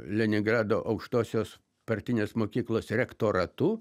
leningrado aukštosios partinės mokyklos rektoratu